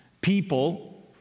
people